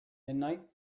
midnight